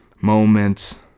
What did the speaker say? moments